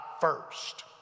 first